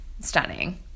Stunning